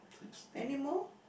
any more